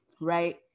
right